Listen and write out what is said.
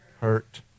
hurt